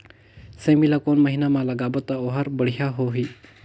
सेमी ला कोन महीना मा लगाबो ता ओहार बढ़िया होही?